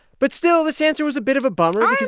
but still this answer was a bit of a bummer.